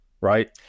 right